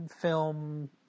film